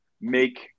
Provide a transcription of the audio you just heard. make